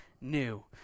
new